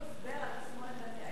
במקום שייתנו הסבר על תסמונת,